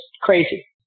crazy